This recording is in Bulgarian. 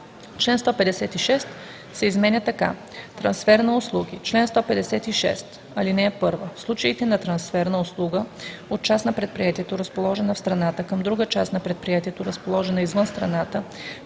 Член 156 се изменя така: Трансфер на услуги Чл. 156. (1) В случаите на трансфер на услуга от част на предприятието, разположена в страната, към друга част на предприятието, разположена извън страната,